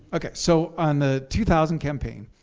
okay, so on the two thousand campaign,